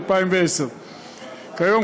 2010. כיום,